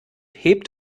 hebt